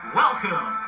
welcome